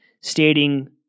stating